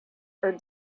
are